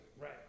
Right